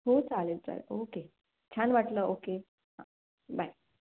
हो चालेल चालेल ओके छान वाटलं ओके हां बाय